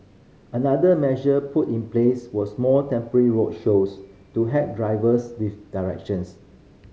another measure put in place was more temporary road shows to help drivers with directions